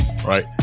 Right